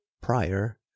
prior